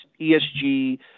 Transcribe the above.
ESG